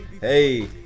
hey